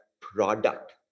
product